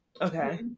Okay